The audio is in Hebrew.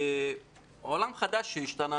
העולם השתנה,